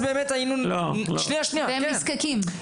והם נזקקים.